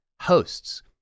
hosts